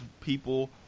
people